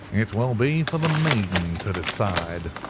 it will be for the maiden to decide,